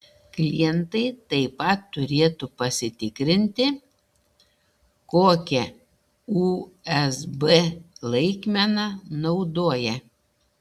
klientai taip pat turėtų pasitikrinti kokią usb laikmeną naudoja